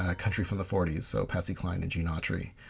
ah country from the forty s, so patsy cline and gene autry.